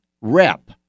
Rep